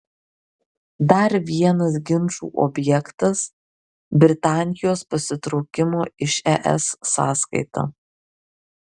dar vienas ginčų objektas britanijos pasitraukimo iš es sąskaita